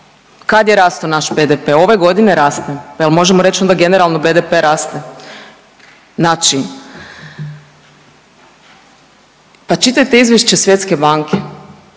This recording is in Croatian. Kad je rastao naš BDP? Ove godine raste? Pa jel' možemo reći onda generalno BDP raste? Znači pa čitajte izvješće Svjetske banke.